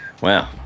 Wow